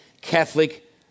Catholic